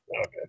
Okay